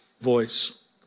voice